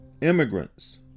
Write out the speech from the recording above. immigrants